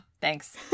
thanks